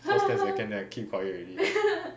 just ten second then I keep quiet already